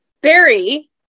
Barry